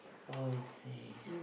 oh I see